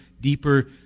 deeper